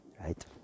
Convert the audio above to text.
right